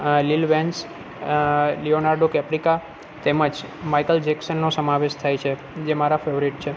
લીલ વેન્સ Leonardo DiCaprio તેમ જ માઇકલ જેક્સનનો સમાવેશ થાય છે જે મારા ફેવરેટ છે